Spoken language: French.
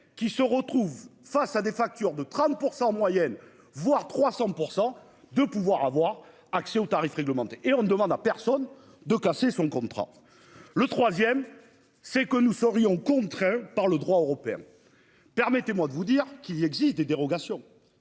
qui se retrouvent face à des factures de 30% en moyenne, voire 300% de pouvoir avoir accès au tarif réglementé et on ne demande à personne de casser son contrat. Le troisième c'est que nous serions contraints par le droit européen. Permettez-moi de vous dire qu'il existe des dérogations.